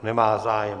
Nemá zájem.